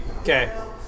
Okay